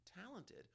talented